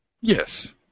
Yes